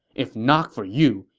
if not for you,